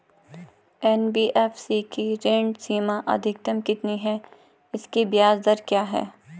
NBFC की ऋण सीमा अधिकतम कितनी है इसकी ब्याज दर क्या है?